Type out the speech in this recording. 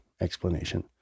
explanation